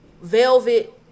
velvet